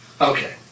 Okay